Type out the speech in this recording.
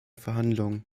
verhandlungen